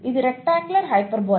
ఇది rectangular hyperbola